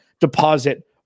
deposit